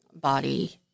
body